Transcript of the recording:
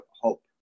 hope